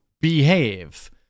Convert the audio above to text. behave